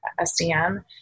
SDM